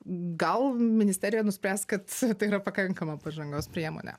gal ministerija nuspręs kad tai yra pakankama pažangos priemonė